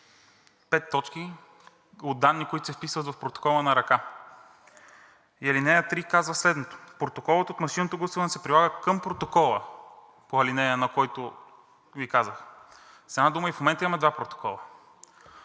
пет точки от данни, които се вписват в протокола на ръка. Алинея 3 казва следното: „(3) Протоколът от машинното гласуване се прилага към протокола по ал. 1“, за който Ви казах. С една дума – и в момента има два протокола.